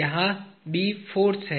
यहाँ B force है